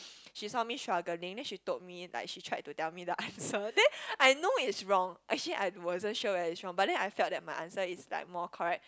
she saw me struggling then she told me like she tried to tell me the answer then I know is wrong actually I wasn't sure that is wrong but then I feel that my answer is like more correct